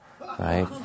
right